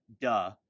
duh